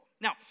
Now